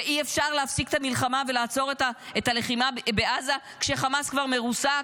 ואי-אפשר להפסיק את המלחמה ולעצור את הלחימה בעזה כשחמאס כבר מרוסק,